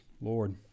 Lord